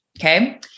okay